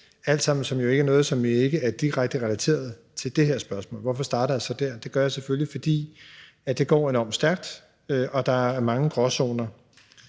altsammen noget, som ikke er direkte relateret til det her spørgsmål. Hvorfor starter jeg så der? Det gør jeg selvfølgelig, fordi det går enormt stærkt og der er mange gråzoner.